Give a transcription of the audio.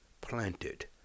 planted